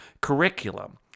curriculum